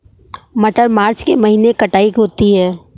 मटर मार्च के महीने कटाई होती है?